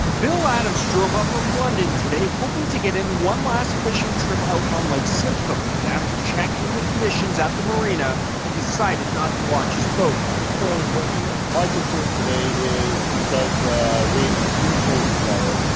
bill adams drove up from london today hoping to get in one last fishing trip out on lake simcoe, but after checking the conditions at the marina, he decided not to launch his boat. it's fairly windy. my concern today is, because the waves are too close together,